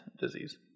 disease